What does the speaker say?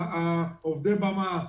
עובדי הבמה,